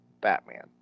Batman